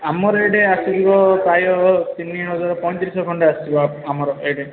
ଆମର ଏଇଠି ଆସିଯିବ ପ୍ରାୟ ତିନି ହଜାର ପଇଁତିରିଶିଶହ ଖଣ୍ଡେ ଆସିଯିବ ଆମର ଏଇଠି